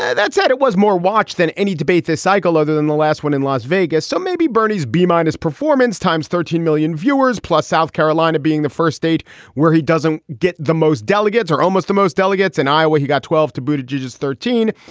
that said, it was more watched than any debate this cycle other than the last one in las vegas. so maybe bernie's b-minus performance times thirteen million viewers, plus south carolina being the first state where he doesn't get the most. delegates are almost the most delegates in iowa. he got twelve to booted you just thirteen.